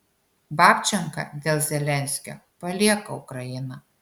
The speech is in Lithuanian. babčenka dėl zelenskio palieka ukrainą